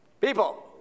People